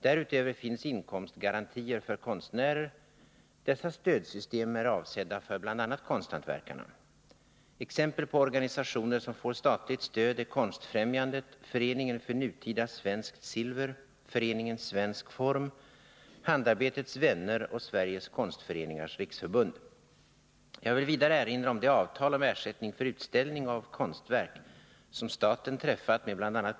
Därutöver finns inkomstgarantier för konstnärer. Dessa stödsystem är avsedda för bl.a. konsthantverkarna. Exempel på organisationer som får statligt stöd är Konstfrämjandet, Föreningen för nutida svenskt silver, Föreningen Svensk form, Handarbetets vänner och Sveriges konstföreningars riksförbund. Jag vill vidare erinra om det avtal om ersättning för utställning av konstverk som staten träffat med bl.a.